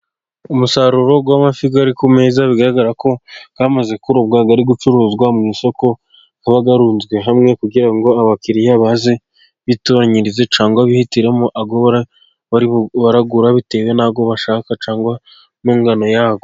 Umusaruro w'amafi ari ku meza, bigaragara ko yamaze kurobwa, ari gucuruzwa mu isoko ,aba arunzwe hamwe kugira ngo abakiriya baze bitoranyirize cyangwa bihitiramo ayo baragura bitewe n'ayo bashaka cyangwa n'ingano yayo.